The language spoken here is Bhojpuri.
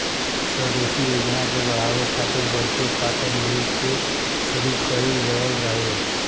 स्वदेशी योजना के बढ़ावे खातिर बहुते काटन मिल के शुरू कइल गइल रहे